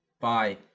Bye